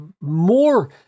more